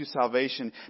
salvation